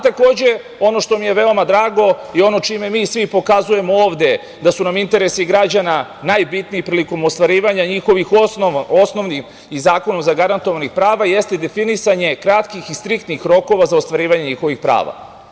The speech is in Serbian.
Takođe, ono što mi je veoma drago i ono čime mi svi pokazujemo ovde da su nam interesi građana najbitniji prilikom ostvarivanja njihovih osnovnih i zakonom zagarantovanih prava, jeste definisanje kratkih i striktnih rokova za ostvarivanje njihovih prava.